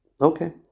Okay